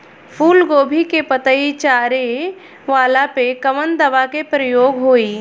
फूलगोभी के पतई चारे वाला पे कवन दवा के प्रयोग होई?